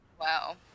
Wow